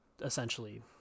essentially